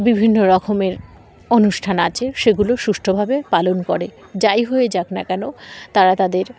বিভিন্ন রকমের অনুষ্ঠান আছে সেগুলো সুষ্ঠুভাবে পালন করে যাই হয়ে যাক না কেন তারা তাদের